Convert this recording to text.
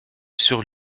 sur